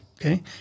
okay